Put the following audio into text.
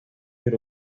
del